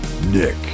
Nick